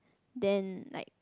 then like